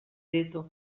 ditut